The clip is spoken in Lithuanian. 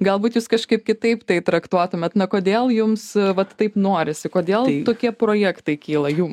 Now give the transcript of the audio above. galbūt jūs kažkaip kitaip tai traktuotumėt na kodėl jums vat taip norisi kodėl tokie projektai kyla jum